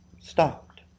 stopped